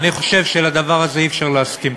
אני חושב שלדבר הזה אי-אפשר להסכים.